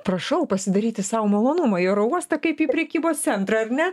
prašau pasidaryti sau malonumą į oro uostą kaip į prekybos centrą ar ne